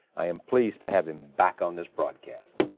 i am pleased to have him back on this broadcast.